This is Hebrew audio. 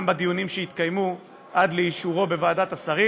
בדיונים שהתקיימו עד לאישורו בוועדת השרים,